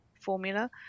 formula